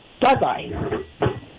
Bye-bye